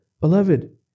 Beloved